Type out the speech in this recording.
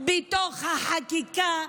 לתוך החקיקה,